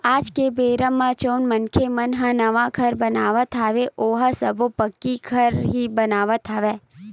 आज के बेरा म जउन मनखे मन ह नवा घर बनावत हवय ओहा सब्बो पक्की घर ही बनावत हवय